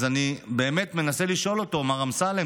אז אני באמת מנסה לשאול אותו: מר אמסלם,